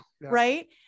right